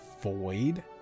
void